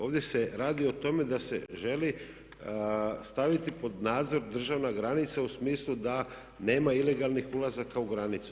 Ovdje se radi o tome da se želi staviti pod nadzor državna granica u smislu da nema ilegalnih ulazaka u granicu.